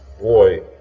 boy